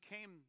came